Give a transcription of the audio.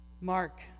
Mark